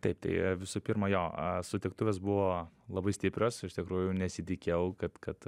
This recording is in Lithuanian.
taip tai visų pirma jo sutiktuvės buvo labai stiprios iš tikrųjų nesitikėjau kad kad